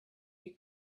you